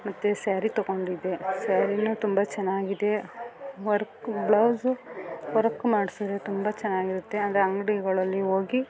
ಮತ್ತು ಸ್ಯಾರಿ ತಗೊಂಡಿದ್ದೆ ಸ್ಯಾರಿಯೂ ತುಂಬ ಚೆನ್ನಾಗಿದೆ ವರ್ಕ್ ಬ್ಲೌಸು ವರ್ಕ್ ಮಾಡಿಸಿದ್ರೆ ತುಂಬ ಚೆನ್ನಾಗಿರುತ್ತೆ ಅಂದರೆ ಅಂಗಡಿಗಳಲ್ಲಿ ಹೋಗಿ